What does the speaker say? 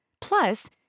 Plus